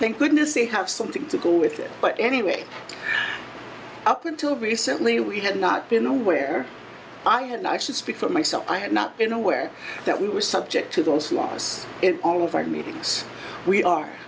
thank goodness they have something to go with it but anyway up until recently we had not been aware i had not actually speak for myself i had not been aware that we were subject to those laws in all of our meetings we are